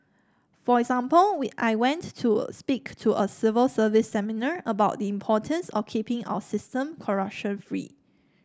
for example we I went to speak to a civil service seminar about the importance of keeping our system corruption free